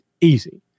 easy